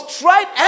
tried